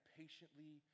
patiently